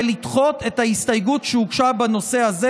ולדחות את ההסתייגות שהוגשה בנושא הזה,